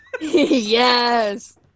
yes